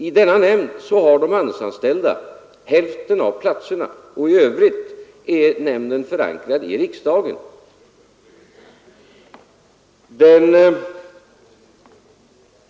I denna nämnd har de handelsanställda hälften av platserna. I övrigt är nämnden förankrad i riksdagen.